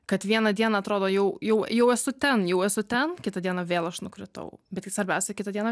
kad vieną dieną atrodo jau jau jau esu ten jau esu ten kitą dieną vėl aš nukritau bet tai svarbiausia kitą dieną